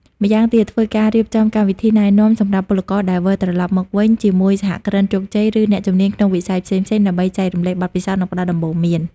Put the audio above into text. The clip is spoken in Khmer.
ម្យ៉ាងទៀតធ្វើការរៀបចំកម្មវិធីណែនាំសម្រាប់ពលករដែលវិលត្រឡប់មកវិញ ជាមួយសហគ្រិនជោគជ័យឬអ្នកជំនាញក្នុងវិស័យផ្សេងៗដើម្បីចែករំលែកបទពិសោធន៍ និងផ្តល់ដំបូន្មាន។